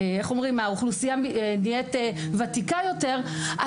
כי האוכלוסייה הופכת להיות ותיקה יותר,